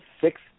six